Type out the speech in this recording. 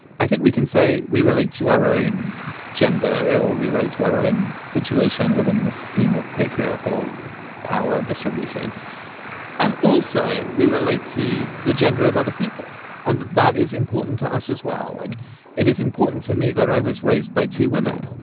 i think we can say we relate to our own gender or we relate to our own situation within the scheme of patriarchal power distribution and also we relate to the gender of other people. and that is important to us as well. like it is important to me that i was raised by two women.